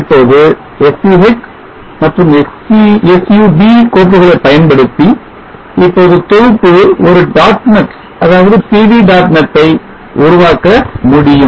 இப்போது sch மற்றும் sub கோப்புகளை பயன்படுத்தி இப்போது தொகுப்பு ஒரு dot net அதாவது PV dot net ஐ உருவாக்க முடியும்